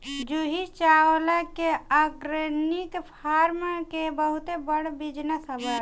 जूही चावला के organic farm के बहुते बड़ बिजनस बावे